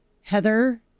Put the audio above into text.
Heather